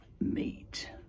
meet